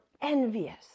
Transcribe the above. envious